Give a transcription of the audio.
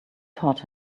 taught